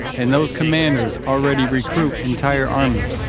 and those commanders already recruit entire armies.